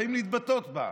באים להתבטא בה.